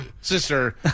sister